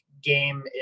game